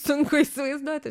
sunku įsivaizduoti